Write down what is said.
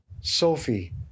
Sophie